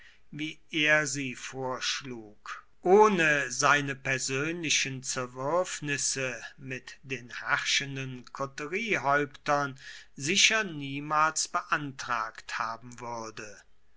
wie er sie vorschlug ohne seine persönlichen zerwürfnisse mit den herrschenden koteriehäuptern sicher niemals beantragt haben würde